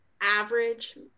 average